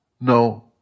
No